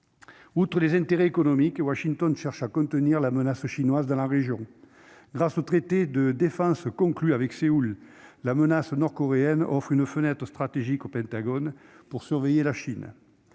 ses intérêts économiques, mais également à contenir la menace chinoise dans la région. Grâce au traité de défense conclu avec Séoul, la menace nord-coréenne offre une fenêtre stratégique au Pentagone pour surveiller la Chine.